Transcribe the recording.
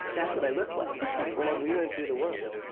that's what i look like when i'm wheeling through the world.